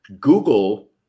Google